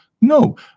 No